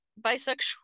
bisexual